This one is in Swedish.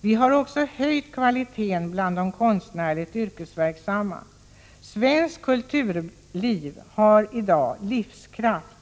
Vi har höjt kvaliteten bland de konstnärligt yrkesverksamma. Svenskt kulturliv har i dag livskraft,